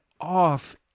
off